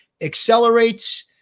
accelerates